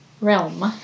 realm